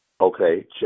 Okay